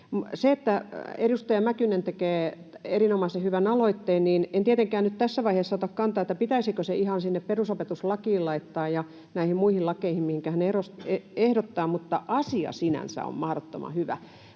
asiasta. Edustaja Mäkynen tekee erinomaisen hyvän aloitteen. En tietenkään nyt tässä vaiheessa ota kantaa, pitäisikö se ihan sinne perusopetuslakiin laittaa ja näihin muihin lakeihin, mihinkä hän ehdottaa, mutta asia sinänsä on mahdottoman hyvä.